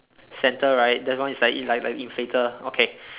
centre right that one is like like like inflator okay